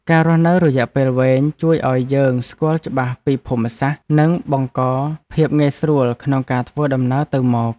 ការរស់នៅរយៈពេលវែងជួយឱ្យយើងស្គាល់ច្បាស់ពីភូមិសាស្ត្រនិងបង្កភាពងាយស្រួលក្នុងការធ្វើដំណើរទៅមក។